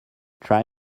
try